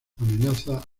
amenaza